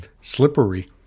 slippery